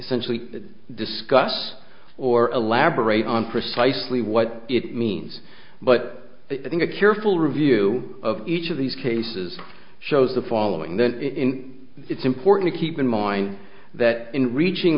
to discuss or elaborate on precisely what it means but i think a careful review of each of these cases shows the following that it's important to keep in mind that in reaching